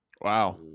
Wow